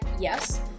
yes